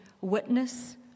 witness